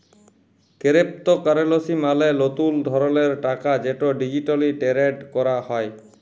কেরেপ্তকারেলসি মালে লতুল ধরলের টাকা যেট ডিজিটালি টেরেড ক্যরা হ্যয়